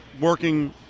working